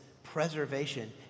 Preservation